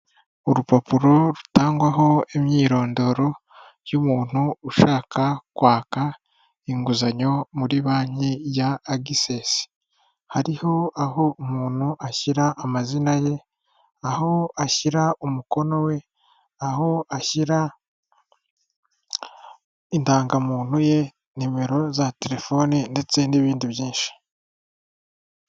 Urupapuro rutangwaho imyirondoro y'umuntu ushaka kwaka inguzanyo muri banki ya Access, hariho aho umuntu ashyira amazina ye, aho ashyira umukono we, aho ashyira indangamuntu ye nimero za telefoni ndetse n'ibindi byinshi.